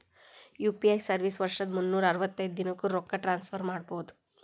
UPI service ವರ್ಷದ್ ಮುನ್ನೂರ್ ಅರವತ್ತೈದ ದಿನಾನೂ ರೊಕ್ಕ ಟ್ರಾನ್ಸ್ಫರ್ ಮಾಡ್ಬಹುದು